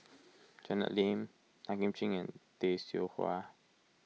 Janet Lim Tan Kim Ching and Tay Seow Huah